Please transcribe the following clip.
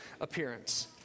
appearance